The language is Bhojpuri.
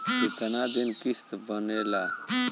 कितना दिन किस्त बनेला?